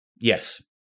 Yes